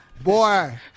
boy